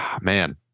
man